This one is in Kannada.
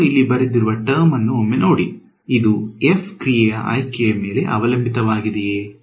ನಾನು ಇಲ್ಲಿ ಬರೆದಿರುವ ಟರ್ಮ್ ಅನ್ನು ಒಮ್ಮೆ ನೋಡಿ ಇದು f ಕ್ರಿಯೆಯ ಆಯ್ಕೆಯ ಮೇಲೆ ಅವಲಂಬಿತವಾಗಿದೆಯೆ